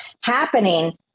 happening